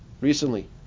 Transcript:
recently